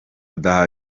gutuma